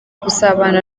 gusabana